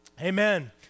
Amen